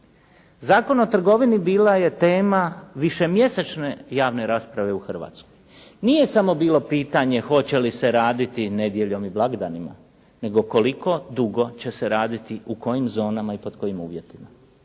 Zakon o trgovini bila je tema višemjesečne javne rasprave u Hrvatskoj. Nije samo bilo pitanje hoće li se raditi nedjeljom i blagdanima, nego koliko dugo će se raditi u kojima zonama i pod kojim uvjetima.